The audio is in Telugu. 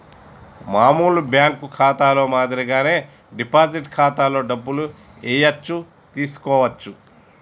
మామూలు బ్యేంకు ఖాతాలో మాదిరిగానే డిపాజిట్ ఖాతాలో డబ్బులు ఏయచ్చు తీసుకోవచ్చు